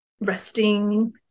resting